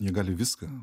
jie gali viską